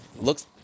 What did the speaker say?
looks